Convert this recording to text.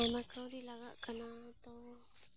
ᱟᱭᱢᱟ ᱠᱟᱹᱣᱰᱤ ᱞᱟᱜᱟᱜ ᱠᱟᱱᱟ ᱱᱤᱛᱚᱝ